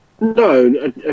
No